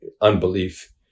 unbelief